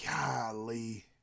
golly